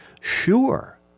sure